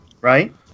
right